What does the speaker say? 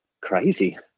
crazy